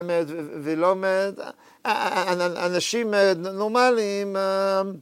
ולומד... אנשים נורמליים...